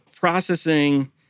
processing